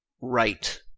right